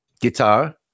guitar